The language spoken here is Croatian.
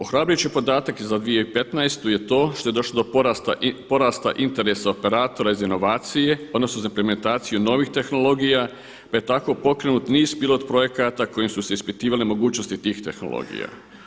Ohrabrit će podatak i za 2015. je to što je došlo do porasta interes operatora za inovacije odnosno za implementaciju novih tehnologija pa je tako pokrenut niz pilot projekata kojim su se ispitivale mogućnosti tih tehnologija.